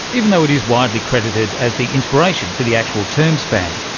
even though it is widely credited as the inspiration for the actual term spam.